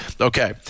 okay